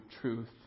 truth